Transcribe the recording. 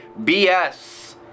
BS